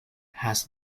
has